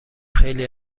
خیلی